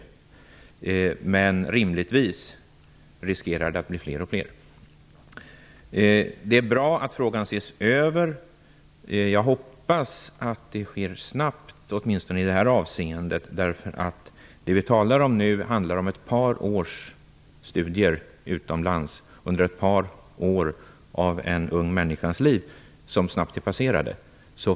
Men det riskerar rimligtvis att bli fler och fler. Det är bra att frågan ses över. Jag hoppas att det sker snabbt, åtminstone i det här avseendet. Det handlar om ett par års studier utomlands under ett par år av en ung människas liv. De är snabbt passerade.